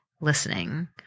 listening